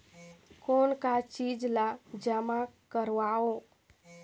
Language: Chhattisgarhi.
कौन का चीज ला जमा करवाओ?